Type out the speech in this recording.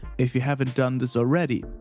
if you haven't done this already,